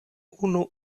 unu